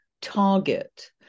target